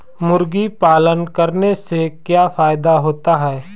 मुर्गी पालन करने से क्या फायदा होता है?